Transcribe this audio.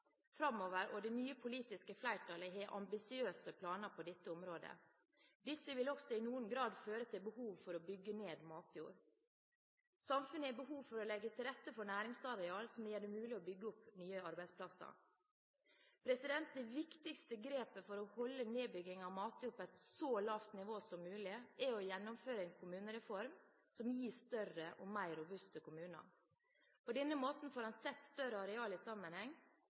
framover, og det nye politiske flertallet har ambisiøse planer på dette området. Dette vil også i noen grad føre til behov for å bygge ned matjord. Samfunnet har behov for å legge til rette for næringsareal, som gjør det mulig å bygge opp nye arbeidsplasser. Det viktigste grepet for å holde nedbyggingen av matjord på et så lavt nivå som mulig er å gjennomføre en kommunereform som gir større og mer robuste kommuner. På denne måten får en sett større arealer i sammenheng.